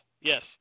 Yes